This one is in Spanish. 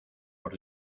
por